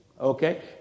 okay